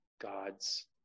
God's